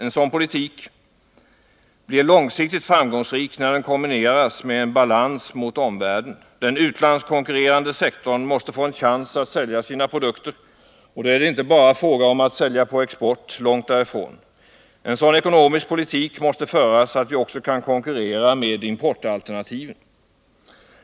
En sådan politik blir långsiktigt framgångsrik när den kombineras med en balans mot omvärlden. Den utlandskonkurrerande sektorn måste få en chans att sälja sina produkter. Och då är det inte bara fråga om att sälja på export — långt därifrån. En sådan ekonomisk politik måste föras att vi också kan konkurrera med importalternativen.